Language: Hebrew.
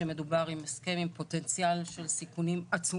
שמדובר פה על הסכם עם פוטנציאל של סיכונים עצומים,